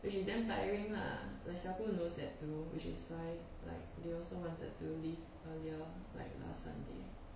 which is damn tiring lah like sa gu knows that too which is why like they also wanted to leave earlier like last sunday